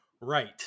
Right